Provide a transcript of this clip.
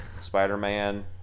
Spider-Man